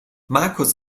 markus